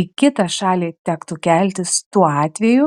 į kitą šalį tektų keltis tuo atveju